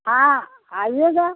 हाँ आइएगा